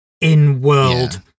in-world